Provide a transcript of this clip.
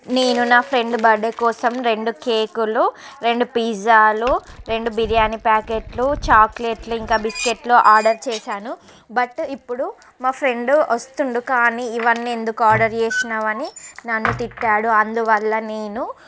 నేను నా friend birthday కోసం రెండు కేకులు రెండు పిజ్జాలు రెండు బిర్యానీ ప్యాకెట్లు చాక్లెట్లు ఇంకా బిస్కెట్లు ఆర్డర్ చేశాను బట్ ఇప్పుడు మా ఫ్రెండ్ వస్తుండు కానీ ఇవన్నీ ఎందుకు ఆర్డర్ చేసినావు అని నన్ను తిట్టాడు అందువల్ల నేను